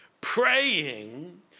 praying